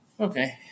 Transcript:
Okay